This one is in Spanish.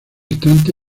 instante